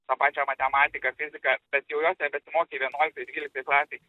tą pačią matematiką fiziką bet jau jos nebesimokei vienuoliktoj dvyliktoj klasėj